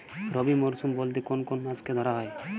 রবি মরশুম বলতে কোন কোন মাসকে ধরা হয়?